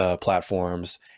Platforms